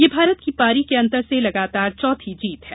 यह भारत की पारी के अंतर से लगातार चौथी जीत है